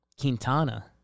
Quintana